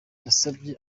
basabye